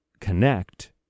connect